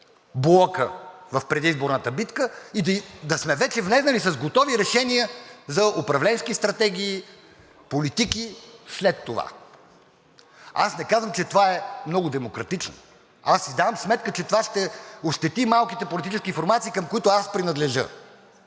блока в предизборната битка и да сме вече влезнали с готови решения за управленски стратегии и политики и след това. Аз не казвам, че това е много демократично. Аз си давам сметка, че това ще ощети малките политически формации, към които аз принадлежа.